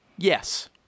yes